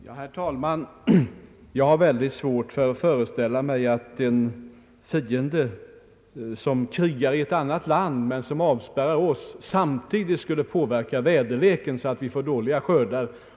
Herr talman! Jag har mycket svårt att föreställa mig att en fiende som för krig i ett annat land men som avspärrar oss samtidigt skulle påverka väderleken så att vi får dåliga skördar.